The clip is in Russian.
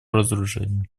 разоружению